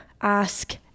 Ask